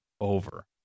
over